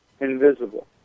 invisible